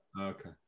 Okay